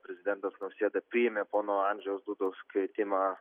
prezidentas nausėda priėmė pono andžejaus dudos kvietimą